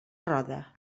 roda